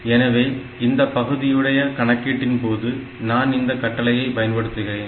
எனவே இந்த பகுதியுடைய கணக்கீட்டின்போது நான் இந்த கட்டளையை பயன்படுத்துகிறேன்